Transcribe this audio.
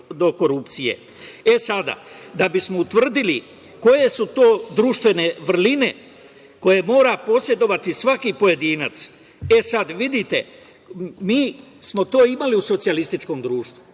sada, da bismo utvrdili koje su to društvene vrline koje mora posedovati svaki pojedinac, vidite sada, mi smo to imali u socijalističkom društvu,